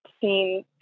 seen